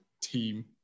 team